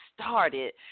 started